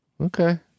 Okay